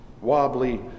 wobbly